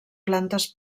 plantes